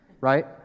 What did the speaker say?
Right